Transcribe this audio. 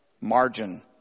Margin